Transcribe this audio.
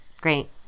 great